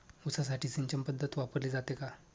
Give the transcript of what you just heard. ऊसासाठी सिंचन पद्धत वापरली जाते का?